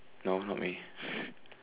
no help me